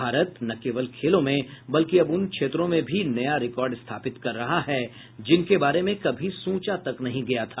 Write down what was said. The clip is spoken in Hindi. भारत न केवल खेलों में बल्कि अब उन क्षेत्रों में भी नया रिकार्ड स्थापित कर रहा है जिनके बारे में कभी सोचा तक नहीं गया था